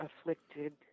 afflicted